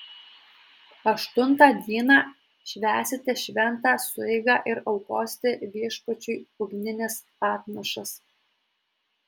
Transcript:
aštuntą dieną švęsite šventą sueigą ir aukosite viešpačiui ugnines atnašas